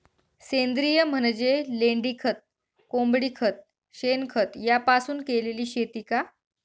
सेंद्रिय म्हणजे लेंडीखत, कोंबडीखत, शेणखत यापासून केलेली शेती का?